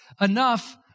enough